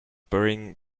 burying